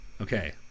okay